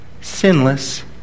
sinless